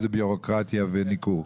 זה בירוקרטיה וניכור.